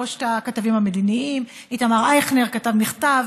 ראש הכתבים המדיניים איתמר אייכנר כתב מכתב